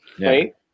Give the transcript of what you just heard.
right